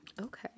okay